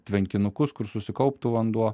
tvenkinukus kur susikauptų vanduo